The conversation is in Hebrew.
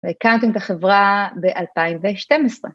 והקמתם את החברה ב-2012.